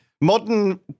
modern